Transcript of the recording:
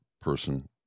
person